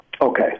Okay